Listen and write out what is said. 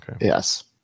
Yes